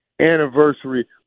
Anniversary